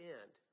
end